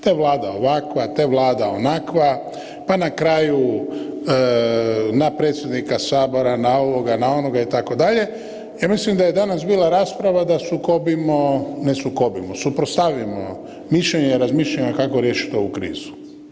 Te Vlada ovakva te Vlada onakva, pa na kraju na predsjednika Sabora, na ovoga, na onoga, itd., ja mislim da je danas bila rasprava da sukobimo, ne sukobimo, suprotstavimo mišljenja i razmišljanja kako riješiti ovu krizu.